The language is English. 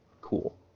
cool